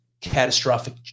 catastrophic